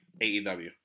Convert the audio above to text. AEW